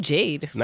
Jade